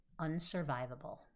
unsurvivable